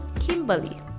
Kimberly